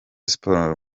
sports